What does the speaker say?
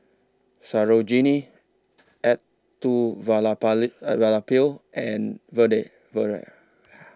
Sarojini and Vedre